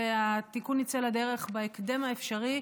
והתיקון יצא לדרך בהקדם האפשרי.